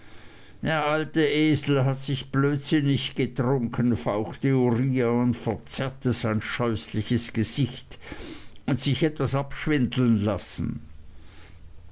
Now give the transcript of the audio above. der alte esel hat sich blödsinnig getrunken fauchte uriah und verzerrte sein scheußliches gesicht und sich etwas abschwindeln lassen